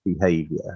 behavior